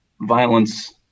Violence –